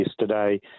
yesterday